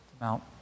mount